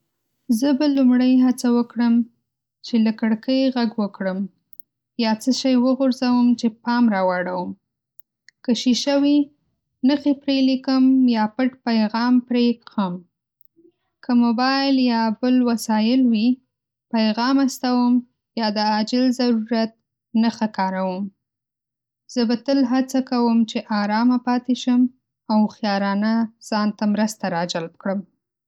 زه به لومړی هڅه وکړم چې له کړکۍ غږ وکړم، یا څه شی وغورځوم چې پام راواړوم. که شیشه وي، نښې پرې لیکم یا پټ پیغام پرې کښم. که موبایل یا بل وسایل وي، پیغام استوم یا د عاجل ضرورت نښه کاروم. زه به تل هڅه کوم چې آرامه پاتې شم، او هوښیارانه ځان ته مرسته راجلب کړم.